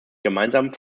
gemeinsamen